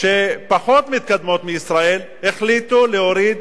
פחות מתקדמות מישראל, שהחליטו להוריד